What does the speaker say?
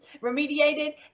remediated